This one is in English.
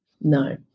No